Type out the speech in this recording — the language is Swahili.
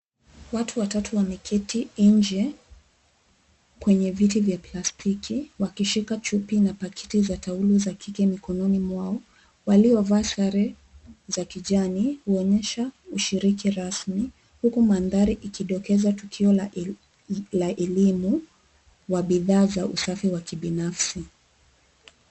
Watu watatu wameketi nje kwenye viti vya plastiki wakishika chupi na pakiti za taulo za kike mikononi mwao waliovaa sare za kijani kuonyesha ushiriki rasmi huku mandhari ikidokeza tukio la elimu wa bidhaa za usafi wa kibinafsi.